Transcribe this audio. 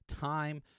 time